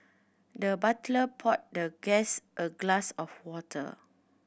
the butler poured the guest a glass of water